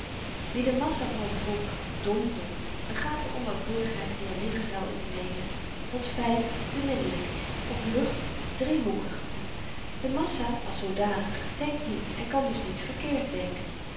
wie de massa van t volk dom noemt begaat de onnauwkeurigheid die er liggen zou in de meening dat vyf beminnelyk is of lucht driehoekig de massa als zoodanig denkt niet en kan dus niet verkeerd denken